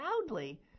loudly